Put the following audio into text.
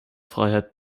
freiheit